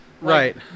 Right